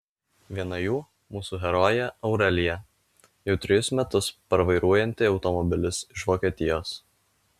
viena jų mūsų herojė aurelija jau trejus metus parvairuojanti automobilius iš vokietijos